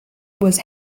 was